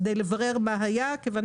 רכב.